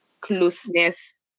closeness